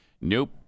Nope